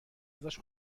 ازش